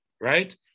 right